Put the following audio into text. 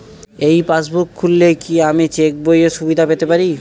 এই পাসবুক খুললে কি আমি চেকবইয়ের সুবিধা পেতে পারি?